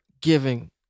giving